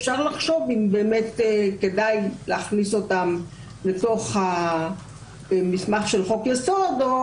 אפשר לחשוב אם באמת כדאי להכניס אותן לתוך המסמך של חוק יסוד או